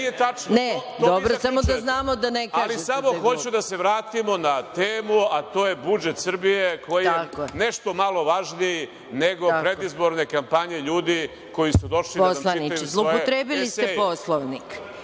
Dobro, samo da znamo da ne kažete da je glup. **Zoran Živković** Samo hoću da se vratio na temu, a to je budžet Srbije, koji je nešto malo važniji nego predizborne kampanje ljudi koji su došli da čitaju svoje eseje.